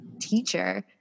teacher